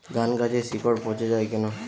ধানগাছের শিকড় পচে য়ায় কেন?